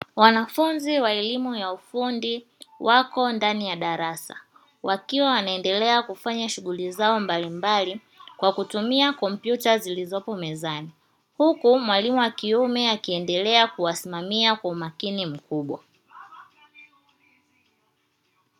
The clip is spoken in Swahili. Wanafunzi wa elimu ya ufundi wako ndani ya darasa wakiwa wanaendelea kufanya shughuli zao mbalimbali kwa kutumia kompyuta zilizopo mezani, huku mwalimu wa kiume akiendelea kuwasimamia kwa umakini mkubwa.